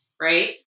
right